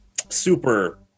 super